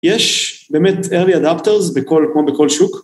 יש באמת Early Adapters כמו בכל שוק.